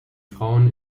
frauen